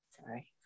sorry